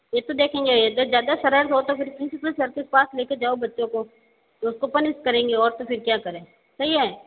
ये तो देखेंगे ये जो ज़्यादा शरारत हो तो फिर प्रिंसिपल सर के पास ले के जाओ बच्चों को तो उसको पनिस करेंगे और तो फिर क्या करें सही है